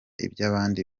iby’abandi